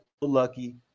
lucky